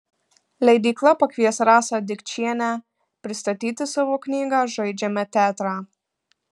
leidykla pakvies rasą dikčienę pristatyti savo knygą žaidžiame teatrą